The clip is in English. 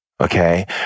Okay